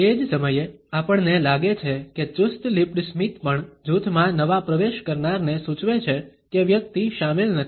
તે જ સમયે આપણને લાગે છે કે ચુસ્ત લિપ્ડ સ્મિત પણ જૂથમાં નવા પ્રવેશ કરનારને સૂચવે છે કે વ્યક્તિ શામેલ નથી